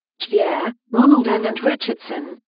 giere, ronald n. and richardson,